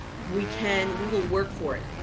we can, we will work for it.